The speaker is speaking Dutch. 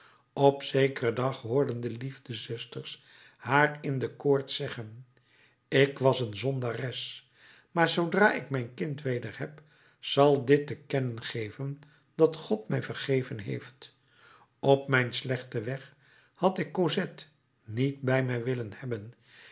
op zekeren dag hoorden de liefdezusters haar in de koorts zeggen ik was een zondares maar zoodra ik mijn kind weder heb zal dit te kennen geven dat god mij vergeven heeft op mijn slechten weg had ik cosette niet bij mij willen hebben